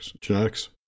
genetics